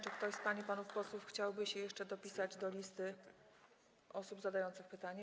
Czy ktoś z pań i panów posłów chciałby się jeszcze dopisać do listy osób zadających pytanie?